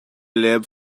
lab